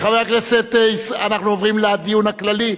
אנחנו עוברים לדיון הכללי.